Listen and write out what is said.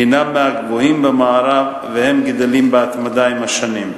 הוא מהגבוהים במערב וגדל בהתמדה עם השנים.